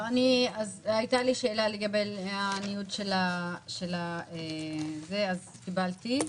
הייתה לי שאלה לגבי הניוד של זה, אז קיבלתי.